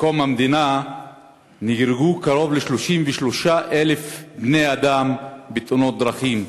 קום המדינה נהרגו קרוב ל-33,000 בני-אדם בתאונות דרכים,